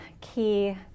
key